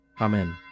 Amen